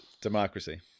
Democracy